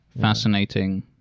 fascinating